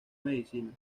medicina